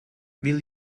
will